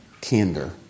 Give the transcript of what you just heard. candor